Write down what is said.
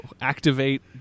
activate